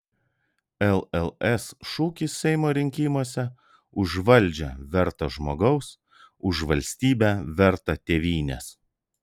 lls šūkis seimo rinkimuose už valdžią vertą žmogaus už valstybę vertą tėvynės